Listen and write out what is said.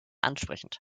ansprechend